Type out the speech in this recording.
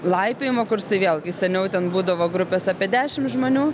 laipiojimo kursai vėlgi seniau ten būdavo grupės apie dešim žmonių